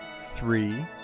three